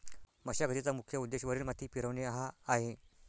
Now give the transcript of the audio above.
मशागतीचा मुख्य उद्देश वरील माती फिरवणे हा आहे